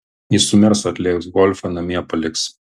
jis su mersu atlėks golfą namie paliks